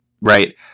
right